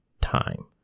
time